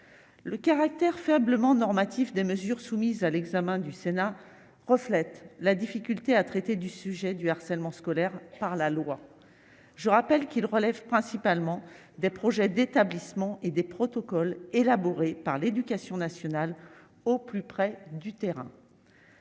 le caractère faiblement normatif des mesures soumises à l'examen du Sénat reflète la difficulté à traiter du sujet du harcèlement scolaire par la loi, je rappelle qu'ils relèvent principalement des projets d'établissement et des protocoles élaborés par l'Éducation nationale au plus près du terrain.